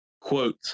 Quote